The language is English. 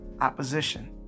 opposition